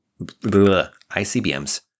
ICBMs